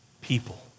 people